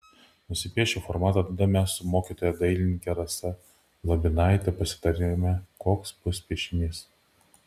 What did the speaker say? nusipiešiu formatą tada mes su mokytoja dailininke rasa labinaite pasitariame koks bus piešinys